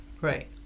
Right